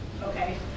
okay